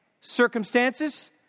circumstances